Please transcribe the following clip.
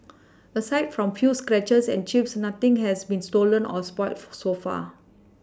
aside from few scratches and Chips nothing has been stolen or spoil so far